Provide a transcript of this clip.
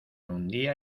hundía